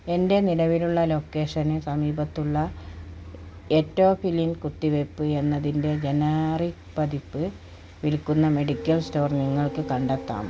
എൻ്റെ നിലവിലുള്ള ലൊക്കേഷന് സമീപത്തുള്ള എറ്റോഫിലിൻ കുത്തിവയ്പ്പ് എന്നതിൻ്റെ ജനറിക് പതിപ്പ് വിൽക്കുന്ന മെഡിക്കൽ സ്റ്റോർ നിങ്ങൾക്ക് കണ്ടെത്താമോ